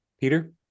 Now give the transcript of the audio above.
Peter